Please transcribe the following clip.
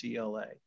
CLA